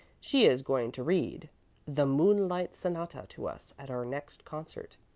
she is going to read the moonlight sonata to us at our next concert.